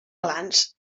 glans